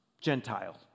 Gentile